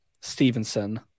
Stevenson